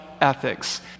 ethics